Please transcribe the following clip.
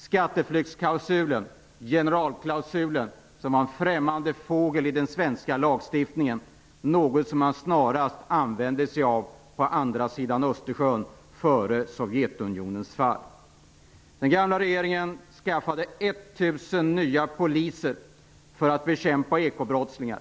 Skatteflyktsklausulen, generalklausulen, var en främmande fågel i den svenska lagstiftningen, något som man snarast använde sig av på andra sidan Den gamla regeringen skaffade 1 000 nya poliser för att bekämpa ekobrottslingar.